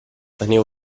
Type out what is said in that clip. tenir